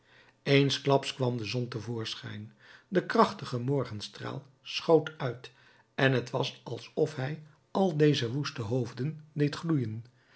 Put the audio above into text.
eensklaps kwam de zon te voorschijn de krachtige morgenstraal schoot uit en t was alsof hij al deze woeste hoofden deed gloeien